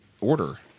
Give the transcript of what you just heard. order